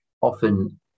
Often